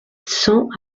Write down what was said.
cent